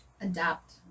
Adapt